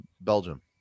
Belgium